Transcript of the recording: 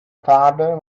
father